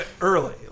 early